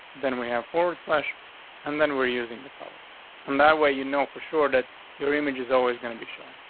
then we have forward slash and then we're using the color on and that way. you know for sure that your image is always gonna be shown.